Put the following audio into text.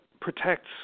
protects